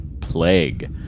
plague